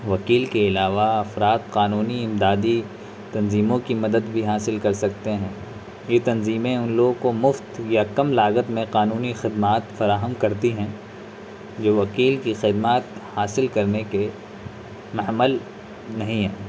وکیل کے علاوہ افراد قانونی امدادی تنظیموں کی مدد بھی حاصل کر سکتے ہیں یہ تنظیمیں ان لوگوں کو مفت یا کم لاگت میں قانونی خدمات فراہم کرتی ہیں یہ وکیل کی خدمات حاصل کرنے کے محمل نہیں ہیں